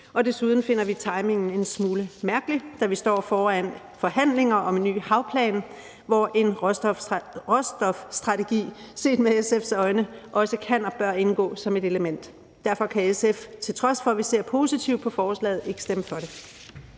Desuden finder vi timingen en smule mærkelig, da vi står foran forhandlinger om en ny havplan, hvor en råstofstrategi set med SF's øjne også kan og bør indgå som et element. Derfor kan SF – til trods for at vi ser positivt på forslaget – ikke stemme for det.